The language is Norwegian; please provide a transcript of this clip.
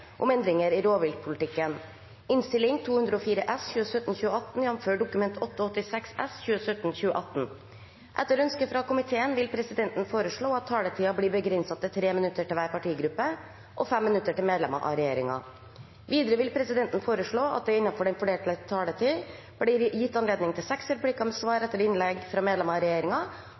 om ordet til sak nr. 1. Etter ønske fra energi- og miljøkomiteen vil presidenten foreslå at taletiden blir begrenset til 3 minutter til hver partigruppe og 5 minutter til medlemmer av regjeringen. Videre vil presidenten foreslå at det – innenfor den fordelte taletid – blir gitt anledning til seks replikker med svar etter innlegg fra medlemmer av